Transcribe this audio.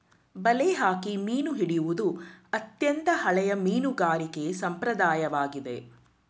ಬಲೆ ಹಾಕಿ ಮೀನು ಹಿಡಿಯುವುದು ಅತ್ಯಂತ ಹಳೆಯ ಮೀನುಗಾರಿಕೆ ಸಂಪ್ರದಾಯವಾಗಿದೆ